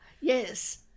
Yes